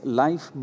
life